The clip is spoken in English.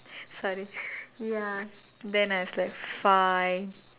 sorry ya then I was like fine